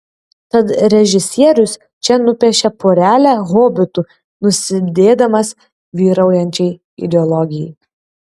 tad režisierius čia nupiešia porelę hobitų nusidėdamas vyraujančiai ideologijai